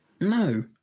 No